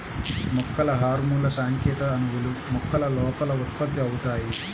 మొక్కల హార్మోన్లుసంకేత అణువులు, మొక్కల లోపల ఉత్పత్తి అవుతాయి